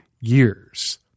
years